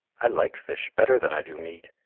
i like fish better than i do meat,